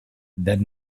that